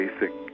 basic